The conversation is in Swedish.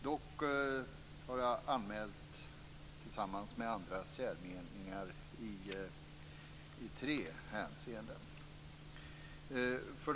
Dock har jag tillsammans med andra anmält särmeningar i tre hänseenden.